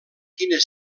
quina